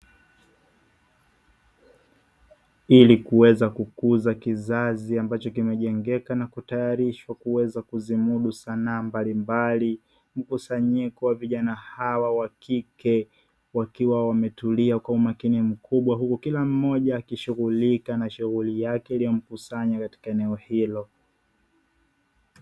Ili kuweza kukuza kizazi ambacho kimejengeka na kutayarishwa kuweza kuzimudu sanaa mbalimbali, mkusanyiko wa vijana hawa wa kike wakiwa wametulia kwa umakini mkubwa, huku kila mmoja akishughulika na shughuli yake iliyomkusanya katika eneo hilo.